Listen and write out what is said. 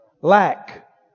Lack